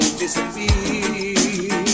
disappear